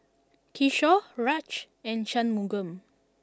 Kishore Raj and Shunmugam